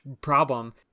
problem